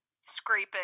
scraping